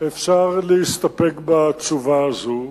אפשר להסתפק בתשובה הזאת,